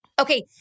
Okay